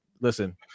listen